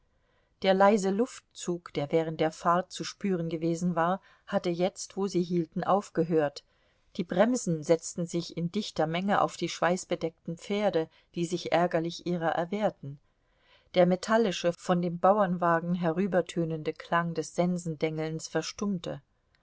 der leise luftzug der während der fahrt zu spüren gewesen war hatte jetzt wo sie hielten aufgehört die bremsen setzten sich in dichter menge auf die schweißbedeckten pferde die sich ärgerlich ihrer erwehrten der metallische von dem bauernwagen herübertönende klang des sensendengelns verstummte